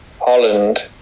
Holland